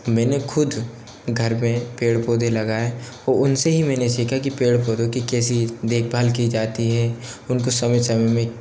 मैंने ख़ुद घर में पेड़ पौधे लगाए और उन से ही मैंने सीखा कि पेड़ पौधों की कैसे देखभाल की जाती है उनको समय समय में